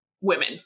women